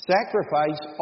Sacrifice